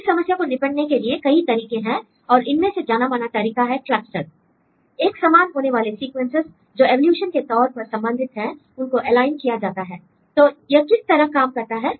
इस स्थिति को निपटने के लिए कई तरीके हैं और इनमें से जाना माना तरीका है क्लस्टल् l एक समान होने वाले सीक्वेंसेस जो एवोल्यूशन के तौर पर संबंधित हैं उनको एलाइन किया जाता है l तो यह किस तरह काम करता है